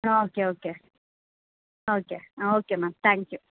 ஆ okay okay okay ஆ okay ma'am thank you